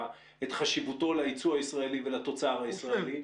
את חשיבותו לייצוא הישראלי ולתוצר הישראלי.